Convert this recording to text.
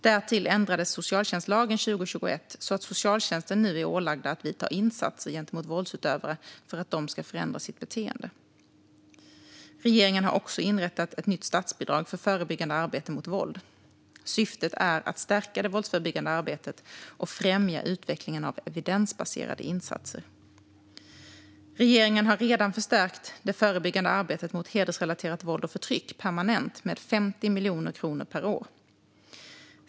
Därtill ändrades socialtjänstlagen 2021 så att socialtjänsten nu är ålagd att vidta insatser gentemot våldsutövare för att dessa ska förändra sitt beteende. Regeringen har också inrättat ett nytt statsbidrag för förebyggande arbete mot våld. Syftet är att stärka det våldsförebyggande arbetet och främja utvecklingen av evidensbaserade insatser. Regeringen har redan förstärkt det förebyggande arbetet mot hedersrelaterat våld och förtryck permanent med 50 miljoner kronor per år.